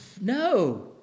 No